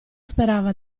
sperava